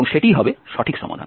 সেটিই হবে সঠিক সমাধান